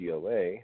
GLA